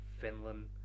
Finland